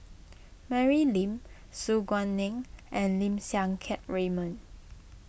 Mary Lim Su Guaning and Lim Siang Keat Raymond